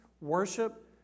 worship